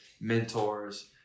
mentors